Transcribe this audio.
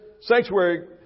sanctuary